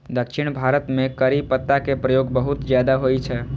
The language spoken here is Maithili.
दक्षिण भारत मे करी पत्ता के प्रयोग बहुत ज्यादा होइ छै